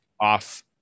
off